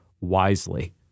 wisely